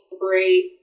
great